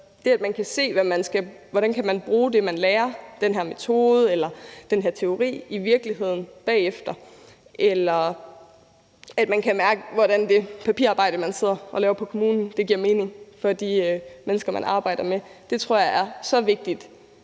det, at man kan se, hvordan man kan bruge det, man lærer – den her metode eller den her teori – i virkeligheden bagefter, eller at man kan mærke, hvordan det papirarbejde, man sidder i kommunen og laver, giver mening for de mennesker, man arbejder med, tror jeg er så vigtigt.